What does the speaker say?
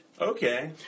Okay